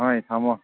ꯍꯣꯏ ꯊꯝꯃꯣ